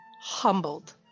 humbled